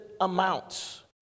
amounts